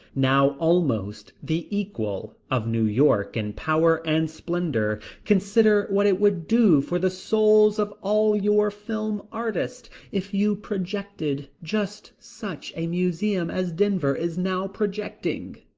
now almost the equal of new york in power and splendor, consider what it would do for the souls of all your film artists if you projected just such a museum as denver is now projecting.